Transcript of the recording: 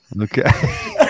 Okay